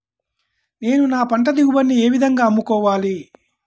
నేను నా పంట దిగుబడిని ఏ విధంగా అమ్ముకోవాలి?